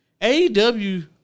AEW